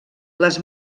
les